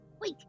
Wait